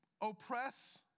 oppress